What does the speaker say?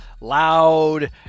loud